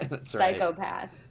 Psychopath